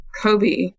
Kobe